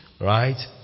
Right